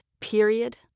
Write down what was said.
Period